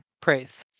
praise